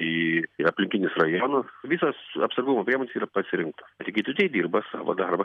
į į aplinkinius rajonus visos atsargumo priemonės yra pasirinktos ir gydytojai dirba savo darbą